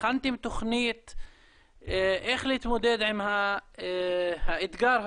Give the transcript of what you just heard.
הכנתם תכנית איך להתמודד עם האתגר הזה?